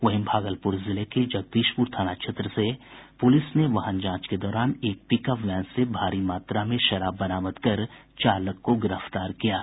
वहीं भागलपुर जिले के जगदीशपुर थाना क्षेत्र से प्रलिस ने वाहन जांच के दौरान एक पिकअप वैन से भारी मात्रा में शराब बरामद कर चालक को गिरफ्तार किया है